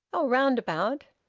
oh! round about.